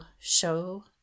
show